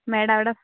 madam അവിടെ